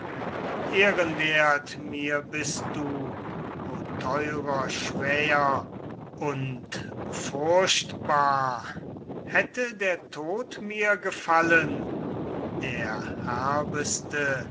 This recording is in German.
ehrenwert mir bist du o teurer schwäher und furchtbar hätte der tod mir gefallen der